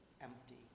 empty